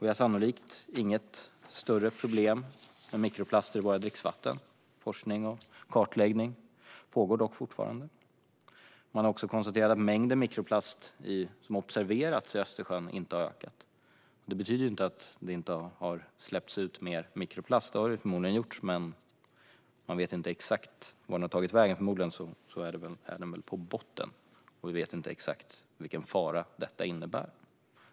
Vi har sannolikt inget större problem med mikroplaster i vårt dricksvatten, men forskning och kartläggning pågår fortfarande. Man har konstaterat att mängden mikroplast som har observerats i Östersjön inte har ökat. Detta betyder inte att det inte har släppts ut mer mikroplast - det har det förmodligen - men man vet inte exakt vart den har tagit vägen. Förmodligen ligger den på botten, och vi vet inte exakt vilken fara detta innebär.